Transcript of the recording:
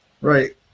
Right